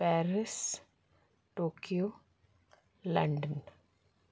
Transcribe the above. Paris Tokyo London